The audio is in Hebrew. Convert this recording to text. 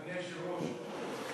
אדוני היושב-ראש,